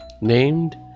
named